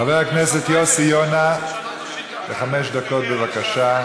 חבר הכנסת יוסי יונה, חמש דקות, בבקשה.